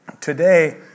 Today